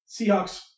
Seahawks